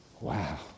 Wow